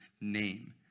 name